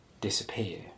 disappear